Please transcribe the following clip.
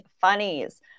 funnies